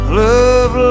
love